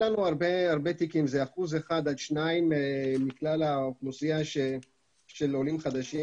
מדובר באחוז אחד עד שני אחוזים מכלל האוכלוסייה של עולים חדשים.